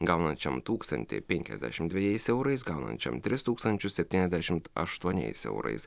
gaunančiam tūkstantį penkiasdešim dvejais eurais gaunančiam tris tūkstančius septyniasdešimt aštuoniais eurais